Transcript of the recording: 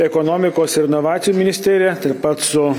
ekonomikos ir inovacijų ministerija taip pat su